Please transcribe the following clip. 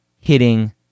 hitting